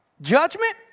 judgment